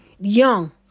Young